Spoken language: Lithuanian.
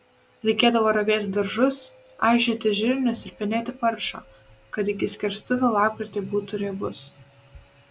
reikėdavo ravėti daržus aižyti žirnius ir penėti paršą kad iki skerstuvių lapkritį būtų riebus